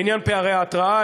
לעניין פערי ההתרעה,